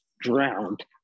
drowned